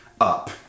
up